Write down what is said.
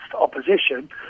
opposition